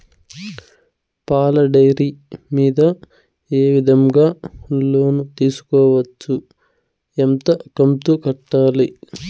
పాల డైరీ మీద ఏ విధంగా లోను తీసుకోవచ్చు? ఎంత కంతు కట్టాలి?